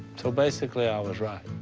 so basically, i was right.